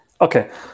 Okay